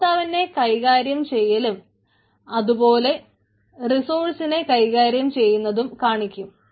ഉപഭോക്താവിന്റെ കൈകാര്യം ചെയ്യലും അതുപൊലെ റിസോഴ്സിനെ കൈകാര്യo ചെയ്യുന്നതും കാണിക്കും